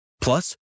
Plus